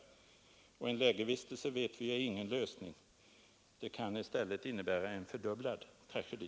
Vi vet att en lägervistelse inte är någon lösning den kan i stället innebära en fördubblad tragedi.